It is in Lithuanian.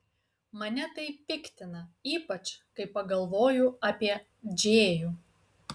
mane tai piktina ypač kai pagalvoju apie džėjų